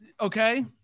okay